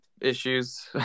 issues